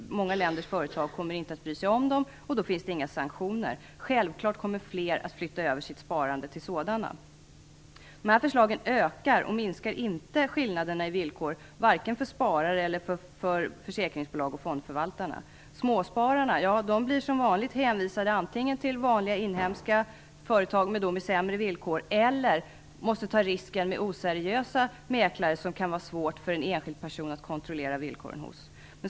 Många länders företag kommer inte att bry sig om dem, och då finns det inga sanktioner. Självfallet kommer fler att flytta över sitt sparande till sådana. Dessa förslag ökar - de minskar inte - skillnaderna i villkor för sparare och för försäkringsbolag och fondförvaltare. Småspararna blir som vanligt hänvisade antingen till vanliga inhemska företag med sämre villkor eller måste ta risken med oseriösa mäklare som det kan vara svårt för en enskild person att kontrollera villkoren hos.